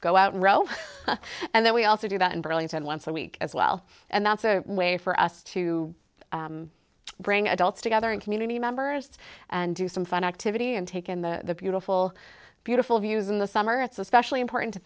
go out and row and then we also do that in burlington once a week as well and that's a way for us to bring adults together in community members and do some fun activity and take in the beautiful beautiful views in the summer it's especially important to